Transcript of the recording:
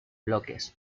bloques